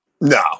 No